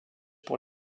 pour